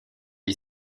est